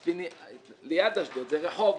ליד אשדוד זה רחובות.